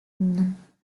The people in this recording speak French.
non